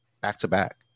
back-to-back